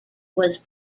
was